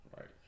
right